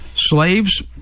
slaves